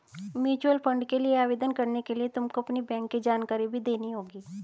mutual fund के लिए आवेदन करने के लिए तुमको अपनी बैंक की जानकारी भी देनी होगी